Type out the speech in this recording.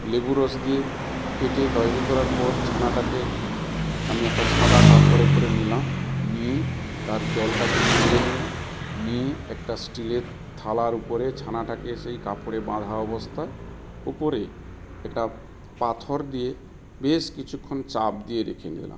লেবু রস দিয়ে কেটে তৈরি করার পর ছানাটাকে আমি একটা সাদা কাপড়ে করে নিলাম নিয়ে তার জলটাকে নিংড়ে নিলাম নিয়ে একটা স্টিলের থালার উপরে ছানাটাকে সেই কাপড়ে বাঁধা অবস্থায় উপরে একটা পাথর দিয়ে বেশ কিছুক্ষণ চাপ দিয়ে রেখে দিলাম